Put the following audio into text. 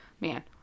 man